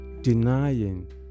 denying